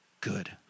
good